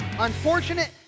Unfortunate